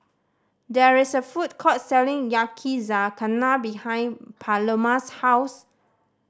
there is a food court selling Yakizakana behind Paloma's house